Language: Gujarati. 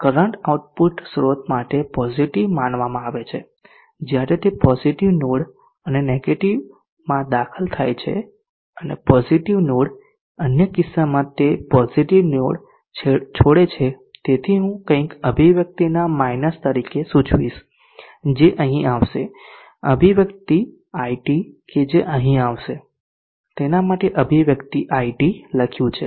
કરંટ આઉટપુટ સ્રોત માટે પોઝીટીવ માનવામાં આવે છે જ્યારે તે પોઝીટીવ નોડ અને નેગેટીવમાં દાખલ થાય છે અને પોઝીટીવ નોડ અને અન્ય કિસ્સામાં તે પોઝીટીવ નોડ છોડે છે તેથી હું કંઈક અભિવ્યક્તિના માઈનસ તરીકે સૂચવીશ જે અહીં આવશે અભિવ્યક્તિ iT કે જે અહીં આવશે તેના માટે આ અભિવ્યક્તિ iT લખ્યું છે